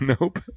Nope